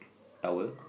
owl